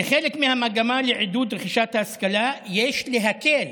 כחלק מהמגמה לעידוד רכישת ההשכלה יש להקל